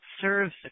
serves